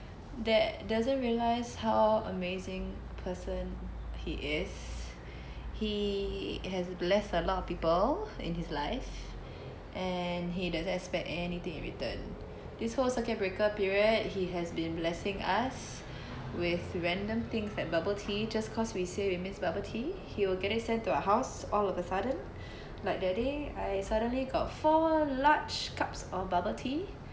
that doesn't realise how amazing a person he is he has blessed a lot of people in his life and he doesn't expect anything in return this whole circuit breaker period he has been blessing us with random things like bubble tea just cause we say we miss bubble tea he will get it sent to our house all of a sudden like that day I suddenly got four large cups of bubble tea